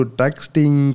texting